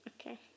Okay